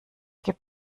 gibt